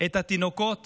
את התינוקות